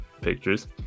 pictures